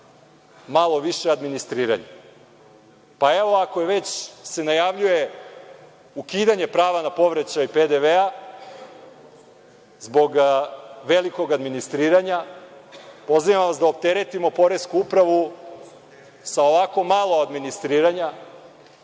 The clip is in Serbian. malo više administriranja. Pa evo, ako se već najavljuje ukidanje prava na povraćaj PDV zbog velikog administriranja pozivam vas da opteretimo Poresku upravu sa ovako malo administriranja,